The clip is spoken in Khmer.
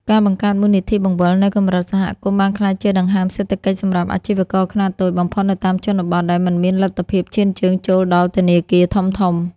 ការបង្កើតមូលនិធិបង្វិលនៅកម្រិតសហគមន៍បានក្លាយជាដង្ហើមសេដ្ឋកិច្ចសម្រាប់អាជីវករខ្នាតតូចបំផុតនៅតាមជនបទ ដែលមិនមានលទ្ធភាពឈានជើងចូលដល់ធនាគារធំៗ។